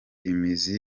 imizi